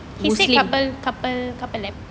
muslim